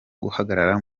guhagarara